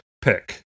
pick